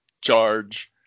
charge